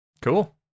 Cool